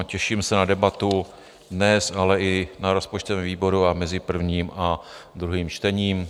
Těším se na debatu dnes, ale i na rozpočtovém výboru a mezi prvním a druhým čtením.